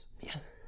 Yes